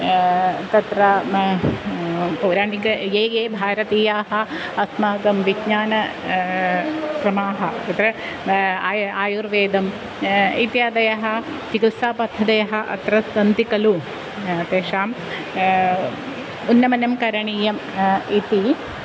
तत्र पौराणिक ये ये भारतीयाः अस्माकं विज्ञानं प्रमाः तत्र आय आयुर्वेदं इत्यादयः चिकित्सापद्धतयः अत्र सन्ति खलु तेषाम् उन्नमनं करणीयम् इति